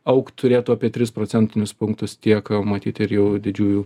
augt turėtų apie tris procentinius punktus tiek matyt ir jau didžiųjų